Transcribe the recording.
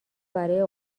برای